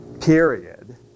period